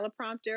teleprompter